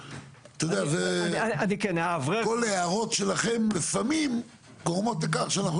כל ההערות שלכם לפעמים גורמות לכך שאנחנו